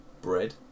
Bread